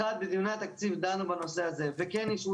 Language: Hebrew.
אחד בדיוני התקציב דנו בנושא הזה וכן אישרו